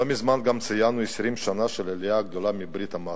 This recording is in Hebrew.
לא מזמן גם ציינו 20 שנה לעלייה הגדולה מברית-המועצות,